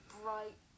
bright